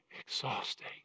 exhausting